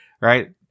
Right